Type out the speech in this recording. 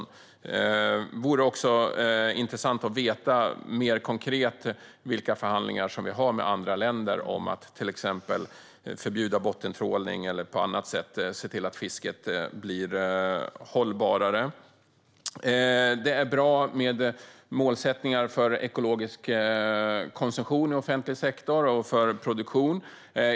Det vore också intressant att veta mer konkret vilka förhandlingar som vi har med andra länder om att till exempel förbjuda bottentrålning eller på annat sätt se till att fisket blir hållbarare. Det är bra med målsättningar för ekologisk konsumtion i offentlig sektor liksom för ekologisk produktion.